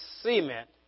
cement